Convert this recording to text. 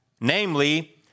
Namely